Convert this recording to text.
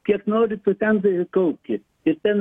kiek nori tu ten tai ir kaupki ir ten